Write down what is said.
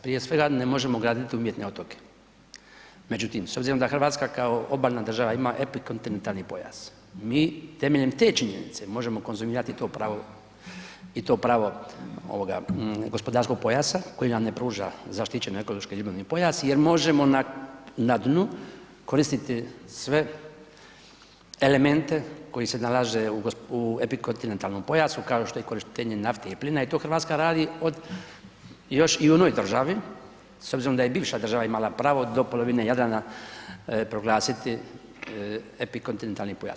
Prije svega, ne možemo graditi umjetne otoke, međutim s obzirom da Hrvatska kao obalna država ima epikontinentalni pojas, mi temeljem te činjenice možemo konzumirati to pravo i to pravo gospodarskog pojasa koje nam ne pruža zaštićeni ekološki ribolovni pojas je možemo na dnu koristiti sve elemente koji se nalaze u epikontinentalnom pojasu kao što je korištenje nafte i plina i to Hrvatska radi još i u onoj državi s obzirom da je bivša država imala pravo do polovine Jadrana proglasiti epikontinentalni pojas.